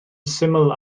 syml